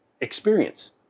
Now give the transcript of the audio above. experience